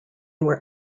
were